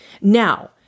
Now